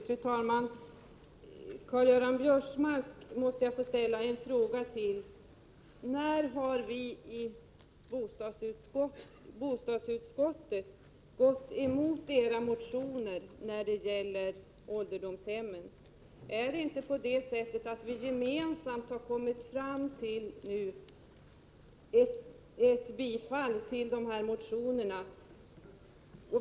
Fru talman! Jag måste få ställa en fråga till Karl-Göran Biörsmark: När har vii bostadsutskottet gått emot era motioner beträffande ålderdomshemmen? Är det inte på det sättet att vi nu gemensamt har kommit fram till att tillstyrka motionerna.